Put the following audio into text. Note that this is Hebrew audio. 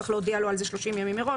צריך להודיע לו על זה 30 ימים מראש.